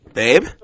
Babe